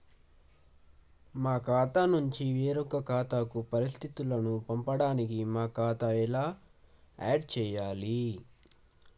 మా ఖాతా నుంచి వేరొక ఖాతాకు పరిస్థితులను పంపడానికి మా ఖాతా ఎలా ఆడ్ చేయాలి?